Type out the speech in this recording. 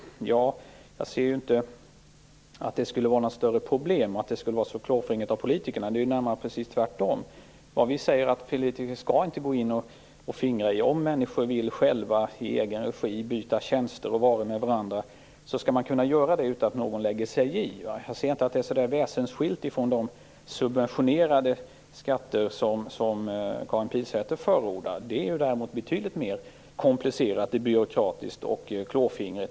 Jag ser inte att det skulle vara något större problem eller att det skulle vara så klåfingrigt av politikerna. Det är ju precis tvärtom. Vi säger att politiker inte skall gå in och fingra. Om människor själva i egen regi vill byta varor och tjänster med varandra skall de kunna göra det utan att någon lägger sig i. Jag ser inte att det är så väsensskilt från de subventionerade tjänster som Karin Pilsäter förordar. Det är ju däremot betydligt mer komplicerat, byråkratiskt och klåfingrigt.